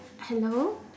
hello